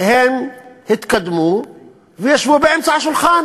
הן התקדמו וישבו באמצע השולחן